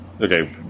Okay